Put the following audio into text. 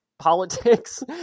politics